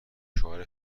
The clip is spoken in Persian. شوهر